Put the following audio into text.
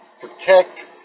protect